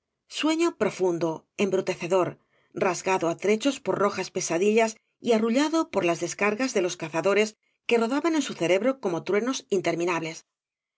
sueño profundo embrutecedor rasgado á trechos por rojas pesadillas y arrullada por las descargas de los cazadores que rodaban en su cerebro como truenos interminables